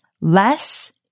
less